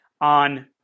on